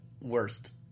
worst